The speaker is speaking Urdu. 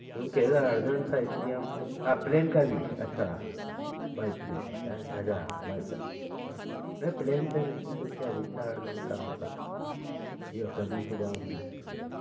کیونکہ ارجینٹ تھا اس لیے ہم آپ پلین کا بھی اچھا بائی پلین ہے ہے نا بائی بس ہاں نہیں پلین سے نہیں کیونکہ اب اتنا ارجینٹ کہاں ہوتا جی ہوتا نہیں صبح میں